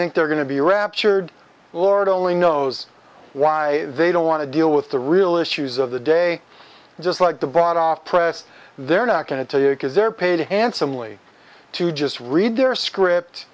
think they're going to be raptured lord only knows why they don't want to deal with the real issues of the day just like the brought off press they're not going to tell you because they're paid handsomely to just read their script